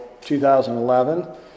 2011